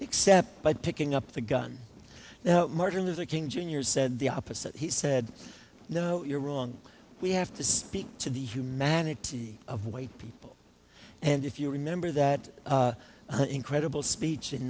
except by picking up the gun now martin luther king jr said the opposite he said no you're wrong we have to speak to the humanity of white people and if you remember that incredible speech in